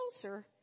closer